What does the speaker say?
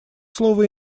слово